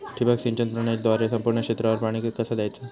ठिबक सिंचन प्रणालीद्वारे संपूर्ण क्षेत्रावर पाणी कसा दयाचा?